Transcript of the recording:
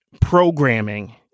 programming